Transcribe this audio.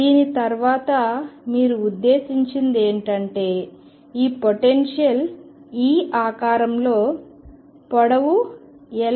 దీని ద్వారా మీరు ఉద్దేశించినది ఏమిటంటే ఈ పొటెన్షియల్ ఈ ఆకారంలో పొడవు L